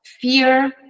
fear